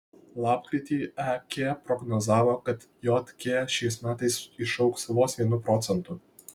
lapkritį ek prognozavo kad jk šiais metais išaugs vos vienu procentu